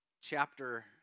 chapter